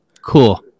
Cool